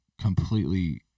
completely